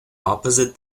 opposite